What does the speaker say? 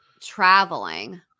traveling